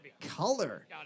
color